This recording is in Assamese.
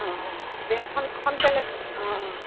অঁ দে সোনকালে অঁ অঁ